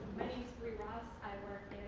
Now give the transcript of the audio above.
bri ross. i work